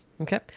Okay